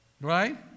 Right